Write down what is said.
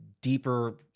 deeper